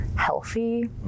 healthy